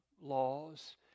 laws